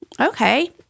Okay